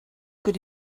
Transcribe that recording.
good